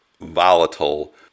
volatile